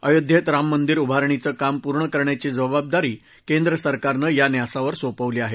अयोध्येत राम मंदिर उभारणीचं काम पूर्ण करण्याची जबाबदारी केंद्र सरकारनं या न्यासावर सोपवली आहे